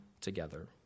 together